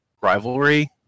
rivalry